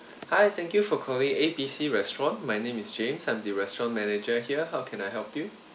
hi thank you for calling A B C restaurant my name is james I'm the restaurant manager here how can I help you